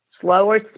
Slower